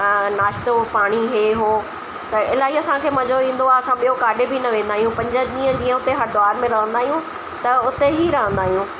नाशतो पाणी इहे उहो त इलाही असांखे मज़ो ईंदो आहे असां ॿियो काॾे बि न वेंदा आहियूं पंज ॾींहं जीअं हरिद्वार में रहंदा आहियूं त उते ई रहंदा आहियूं